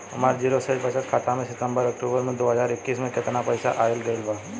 हमार जीरो शेष बचत खाता में सितंबर से अक्तूबर में दो हज़ार इक्कीस में केतना पइसा आइल गइल बा?